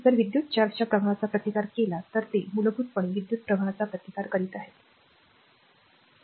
जर विद्युत चार्जच्या प्रवाहाचा प्रतिकार केला तर ते मूलभूतपणे विद्युत् प्रवाहाचा प्रतिकार करीत आहे बरोबर